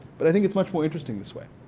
but i think it's much more interesting this way.